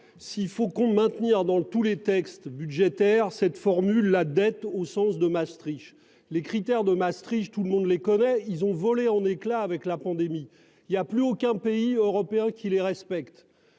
s'il faut qu'on maintenir dans tous les textes budgétaires cette formule, la dette au sens de Maastricht, les critères de Maastricht, tout le monde les connaît, ils ont volé en éclats avec la pandémie, il y a plus aucun pays européen qui les respecte.